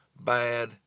bad